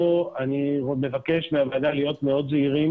פה אני מבקש מהוועדה להיות מאוד זהירים,